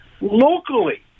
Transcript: locally